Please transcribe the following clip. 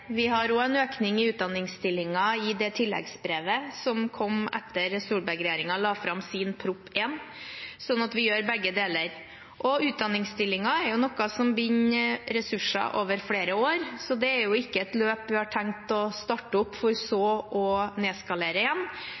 Vi gjør begge deler. Vi har også en økning i utdanningsstillinger i tilleggsbrevet som kom etter at Solberg-regjeringen la fram sin Prop. 1, slik at vi gjør begge deler. Utdanningsstillinger er noe som binder ressurser over flere år, det er ikke et løp vi har tenkt å starte opp for så å nedskalere.